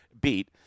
beat